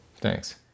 Thanks